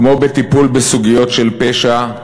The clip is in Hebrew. כמו בטיפול בסוגיות של פשע,